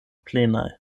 plenaj